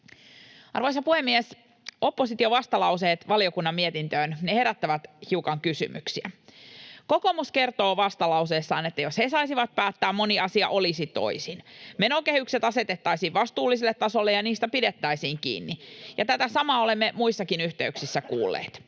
Arvoisa puhemies! Opposition vastalauseet valiokunnan mietintöön herättävät hiukan kysymyksiä. Kokoomus kertoo vastalauseessaan, että jos he saisivat päättää, moni asia olisi toisin. Menokehykset asetettaisiin vastuulliselle tasolle, ja niistä pidettäisiin kiinni, ja tätä samaa olemme muissakin yhteyksissä kuulleet.